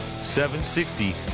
760